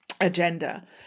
agenda